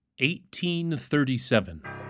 1837